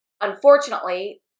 Unfortunately